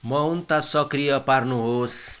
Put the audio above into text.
मौनता सक्रिय पार्नुहोस्